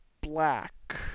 black